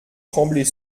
trembler